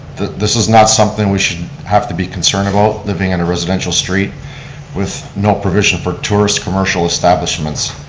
this is not something we should have to be concerned about, living in a residential street with no provision for tourist commercial establishments.